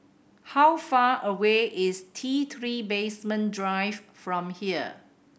how far away is T Three Basement Drive from here